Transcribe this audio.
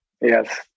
yes